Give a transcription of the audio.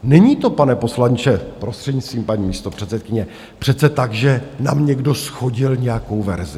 Není to, pane poslanče, prostřednictvím paní místopředsedkyně, přece tak, že nám někdo shodil nějakou verzi.